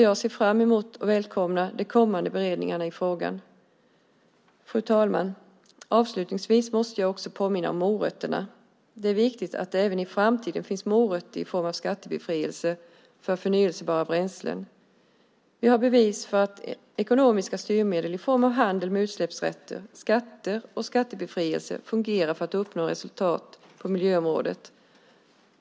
Jag ser fram emot och välkomnar de kommande beredningarna i frågan. Fru talman! Avslutningsvis måste jag också påminna om morötterna. Det är viktigt att det även i framtiden finns morötter i form av skattebefrielse för förnybara bränslen. Vi har bevis för att ekonomiska styrmedel i form av handel med utsläppsrätter, skatter och skattebefrielse fungerar för att uppnå resultat på miljöområdet.